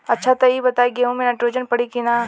अच्छा त ई बताईं गेहूँ मे नाइट्रोजन पड़ी कि ना?